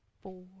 Four